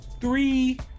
Three